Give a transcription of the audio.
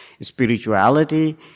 spirituality